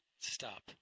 stop